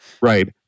Right